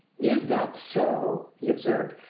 is that so! he observed.